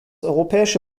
europäische